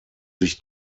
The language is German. sich